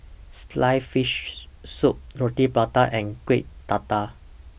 Sliced Fish Soup Roti Prata and Kuih Dadar